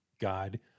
God